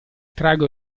trago